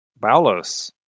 Balos